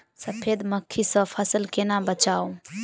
सफेद मक्खी सँ फसल केना बचाऊ?